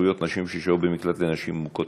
2) (זכויות נשים ששהו במקלט לנשים מוכות),